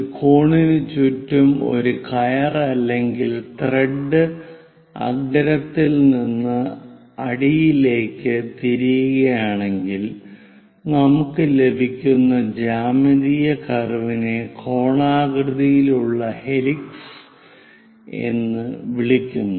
ഒരു കോണിന് ചുറ്റും ഒരു കയർ അല്ലെങ്കിൽ ത്രെഡ് അഗ്രത്തിൽ നിന്ന് അടിയിലേക്ക് തിരിയുകയാണെങ്കിൽ നമുക്ക് ലഭിക്കുന്ന ജ്യാമിതീയ കർവിനെ കോണാകൃതിയിലുള്ള ഹെലിക്സ് എന്ന് വിളിക്കുന്നു